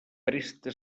presta